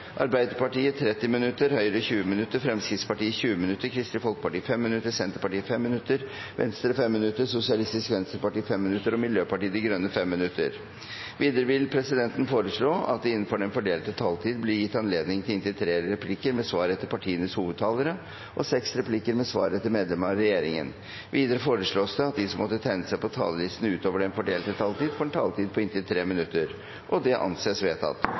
Arbeiderpartiet 40 minutter, Høyre 35 minutter, Fremskrittspartiet 20 minutter, Kristelig Folkeparti 5 minutter, Senterpartiet 5 minutter, Venstre 5 minutter, Sosialistisk Venstreparti 5 minutter og Miljøpartiet De Grønne 5 minutter. Videre vil presidenten foreslå at det – innenfor den fordelte taletid – blir gitt anledning til inntil fem replikker med svar etter partienes hovedtalere og seks replikker med svar etter medlemmer av regjeringen. Videre forslås det at de som måtte tegne seg på talerlisten utover den fordelte taletid, får en taletid på inntil 3 minutter. – Det anses vedtatt.